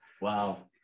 Wow